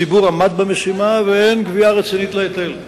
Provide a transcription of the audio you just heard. הציבור עמד במשימה ואין גבייה רצינית בהיטל.